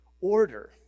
order